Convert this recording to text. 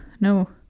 no